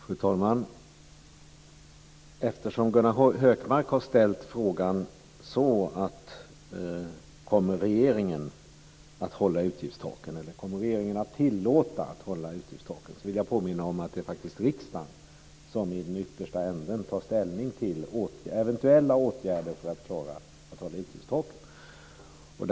Fru talman! Eftersom Gunnar Hökmark har ställt frågan om regeringen kommer att tillåta att utgiftstaken hålls, vill jag påminna om att det är riksdagen som ytterst tar ställning till eventuella åtgärder för att klara att hålla utgiftstaken.